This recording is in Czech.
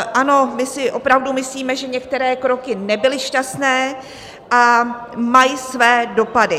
Ano, my si opravdu myslíme, že některé kroky nebyly šťastné a mají své dopady.